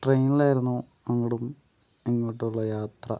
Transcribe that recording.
ട്രെയിനിലായിരുന്നു അങ്ങോട്ടും ഇങ്ങോട്ടുമുള്ള യാത്ര